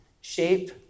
shape